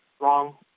wrong